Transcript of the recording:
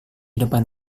depan